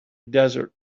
desert